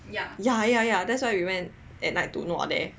ya ya ya that's why we went at night to nua there